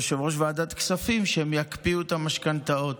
יושב-ראש ועדת כספים שהם יקפיאו את המשכנתאות,